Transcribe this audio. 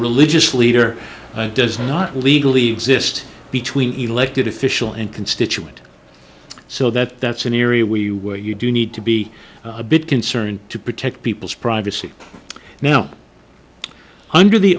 religious leader does not legally exist between elected official and constituent so that that's an area where you where you do need to be a bit concerned to protect people's privacy now under the